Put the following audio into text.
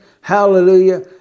Hallelujah